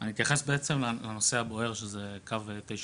אני אתייחס בעצם לנושא הבוער, שזה קו 955,